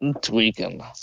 tweaking